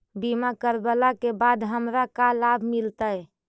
बीमा करवला के बाद हमरा का लाभ मिलतै?